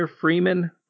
Freeman